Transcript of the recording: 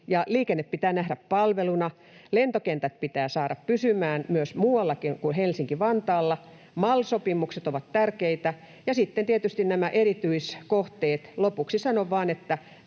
liikenne pitää nähdä palveluna. Lentokentät pitää saada pysymään muuallakin kuin Helsinki-Vantaalla. MAL-sopimukset ovat tärkeitä, ja sitten tietysti nämä erityiskohteet. Lopuksi sanon vain, että